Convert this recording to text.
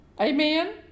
Amen